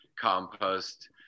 compost